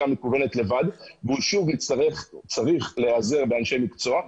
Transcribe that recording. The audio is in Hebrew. המקוונת לבד והוא שוב צריך להיעזר באנשי מקצוע.